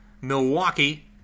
Milwaukee